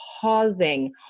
pausing